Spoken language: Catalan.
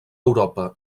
europa